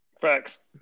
Facts